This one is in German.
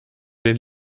den